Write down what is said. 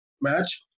match